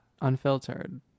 Unfiltered